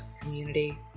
community